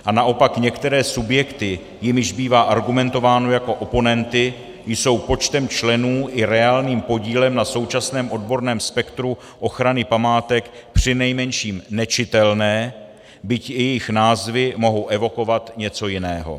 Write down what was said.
A naopak některé subjekty, jimiž bývá argumentováno jako oponenty, jsou počtem členů i reálným podílem na současném odborném spektru ochrany památek přinejmenším nečitelné, byť i jejich názvy mohou evokovat něco jiného.